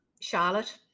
charlotte